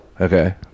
Okay